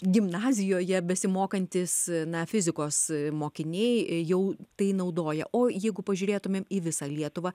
gimnazijoje besimokantys na fizikos mokiniai jau tai naudoja o jeigu pažiūrėtumėm į visą lietuvą